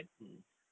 mm mm